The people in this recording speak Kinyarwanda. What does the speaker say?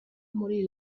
muri